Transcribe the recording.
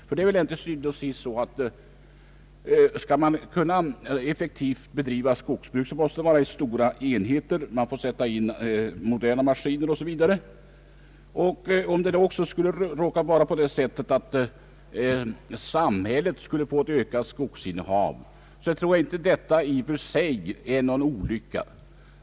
Til syvende og sidst är det väl ändå så, att skall man effektivt bedriva skogsbruk måste det vara i stora enheter. Man får sätta in moderna maskiner o.s.v. Om det då också skulle råka vara på det sättet att samhället skulle få ett ökat skogsinnehav, tror jag inte att detta i och för sig är någon olycka.